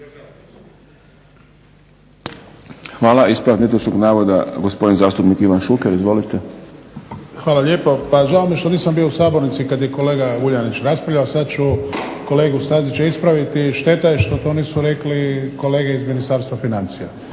Hvala. Ispravak netočnog navoda, gospodin zastupnik Ivan Šuker. Izvolite. **Šuker, Ivan (HDZ)** Hvala lijepo. Pa žao mi je što nisam bio u Sabornici kad je kolega Vuljanić raspravljao, sad ću kolegu Stazića ispraviti. Šteta je što to nisu rekli kolege iz Ministarstva financija.